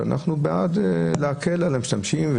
שאנחנו בעד להקל על המשתמשים,